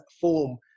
form